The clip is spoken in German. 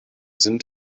sind